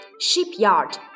Shipyard